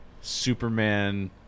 Superman